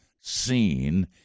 seen